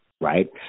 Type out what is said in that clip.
right